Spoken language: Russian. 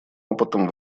опытом